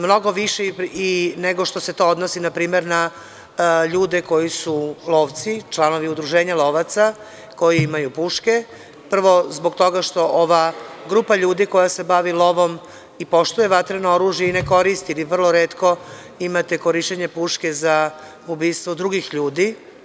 Mnogo više i nego što se to odnosi npr. na ljude koji su lovci, članovi Udruženja lovaca, koji imaju puške, prvo, zbog toga što ova grupa ljudi koja se bavi lovom i poštuje vatreno oružje ne koristi ili vrlo retko imate korišćenje puške za ubistvo drugih ljudi.